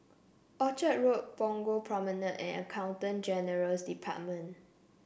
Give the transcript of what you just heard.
Orchard Road Punggol Promenade and Accountant General's Department